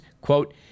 quote